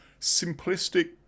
simplistic